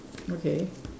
okay